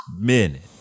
Minute